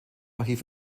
archiv